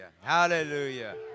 Hallelujah